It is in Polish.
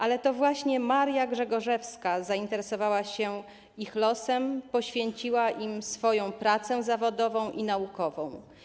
Ale to właśnie Maria Grzegorzewska zainteresowała się ich losem, poświęciła im swoją pracę zawodową i naukową.